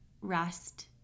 rest